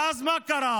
ואז מה קרה?